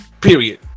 period